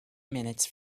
minutes